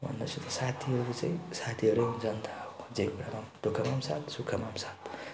भन्दा चाहिँ साथीहरू चाहिँ साथीहरू नै हुन्छ नि त अब जे कुरामा पनि दु खमा पनि साथ सुखमा पनि साथ